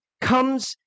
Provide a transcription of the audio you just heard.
comes